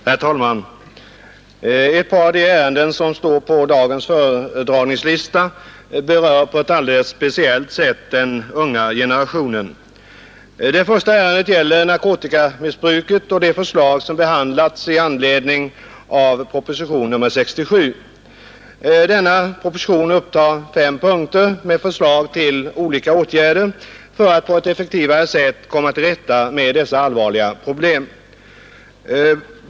Herr talman! Ett par av de ärenden som står på dagens föredragningslista berör på ett alldeles speciellt sätt den unga generationen. Det första ärendet gäller narkotikamissbruket och det förslag som behandlats i anledning av propositionen 67. Denna proposition upptar fem punkter med förslag till olika åtgärder för att på ett effektivare sätt komma till rätta med dessa allvarliga problem.